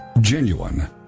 genuine